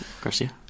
Garcia